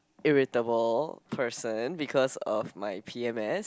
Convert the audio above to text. irritable person because of my p_m_s